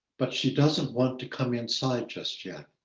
but she doesn't want to come inside just yet.